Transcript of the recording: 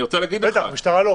בטח, המשטרה לא.